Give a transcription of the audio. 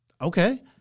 Okay